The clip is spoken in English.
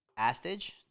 Astage